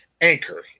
Anchor